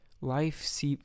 Life